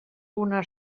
una